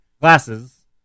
glasses